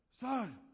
son